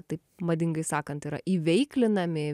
taip madingai sakant yra įveiklinami